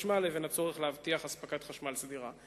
החשמל לבין הצורך להבטיח הספקת חשמל סדירה.